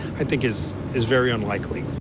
i think is is very unlikely.